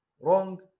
wrong